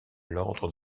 l’ordre